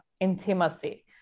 intimacy